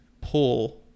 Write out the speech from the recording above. pull